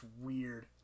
weird